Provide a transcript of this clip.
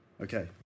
Okay